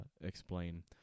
explain